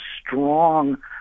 strong